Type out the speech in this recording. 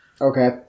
Okay